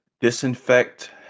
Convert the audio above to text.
Disinfect